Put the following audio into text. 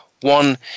One